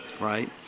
right